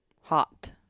Hot